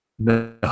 No